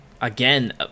again